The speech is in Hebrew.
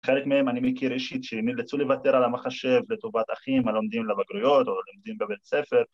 ‫חלק מהם אני מכיר אישית ‫שהם ירצו לוותר על המחשב ‫לטובת אחים הלומדים לבגרויות ‫או לומדים בבית ספר.